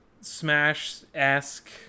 Smash-esque